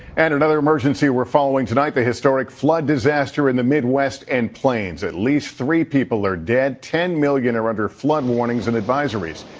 and another emergency we're following tonight, the historic flood disaster in the midwest and plains. at least three people are dead, ten million under flood warnings and advisories.